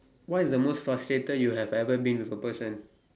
what is the most frustrated you have ever been to a person